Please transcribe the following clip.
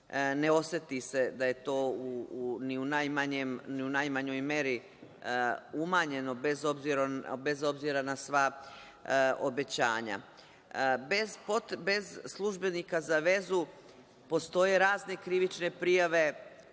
ne oseti se da je to ni u najmanjoj meri umanjeno, bez obzira na sva obećanja. Bez službenika za vezu, postoje razne krivične prijave